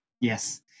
Yes